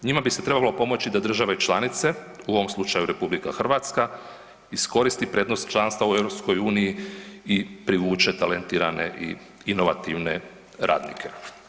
Njima bi se trebalo pomoći da države članice u ovom slučaju RH iskoristi prednost članstva u EU i privuče talentirane i inovativne radnike.